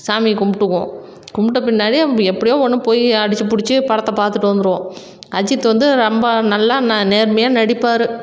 சாமியை கும்பிட்டுக்குவோம் கும்பிட்ட பின்னாடி அவங்க எப்படியோ ஒன்று போய் அடித்து பிடிச்சி படத்தை பார்த்துட்டு வந்துடுவோம் அஜித் வந்து ரொம்ப நல்லா ந நேர்மையாக நடிப்பார்